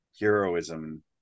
heroism